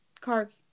Carve